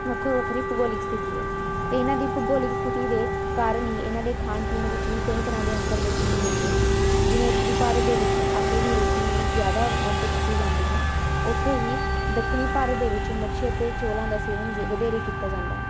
ਵੱਖੋ ਵੱਖਰੀ ਭੂਗੋਲਿਕ ਸਥਿਤੀ ਹੈ ਅਤੇ ਇਹਨਾਂ ਦੀ ਭੂਗੋਲਿਕ ਸਥਿਤੀ ਦੇ ਕਾਰਨ ਹੀ ਇਹਨਾਂ ਦੇ ਖਾਣ ਪੀਣ ਵਿੱਚ ਵੀ ਕਈ ਤਰ੍ਹਾਂ ਦੇ ਅੰਤਰ ਦੇਖਣ ਨੂੰ ਮਿਲਦੇ ਹਨ ਜਿਵੇਂ ਉੱਤਰੀ ਭਾਰਤ ਦੇ ਵਿੱਚ ਆਟੇ ਦੀ ਰੋਟੀ ਦੀ ਜ਼ਿਆਦਾ ਵਰਤੋਂ ਕੀਤੀ ਜਾਂਦੀ ਹੈ ਉੱਥੇ ਹੀ ਦੱਖਣੀ ਭਾਰਤ ਦੇ ਵਿੱਚ ਮੱਛੀ ਅਤੇ ਚੌਲਾਂ ਦਾ ਜ਼ ਸੇਵਨ ਵਧੇਰੇ ਕੀਤਾ ਜਾਂਦਾ ਹੈ